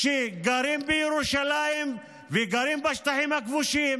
שגרים בירושלים וגרים בשטחים הכבושים.